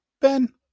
Ben